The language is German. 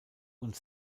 und